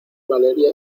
valeria